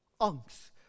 angst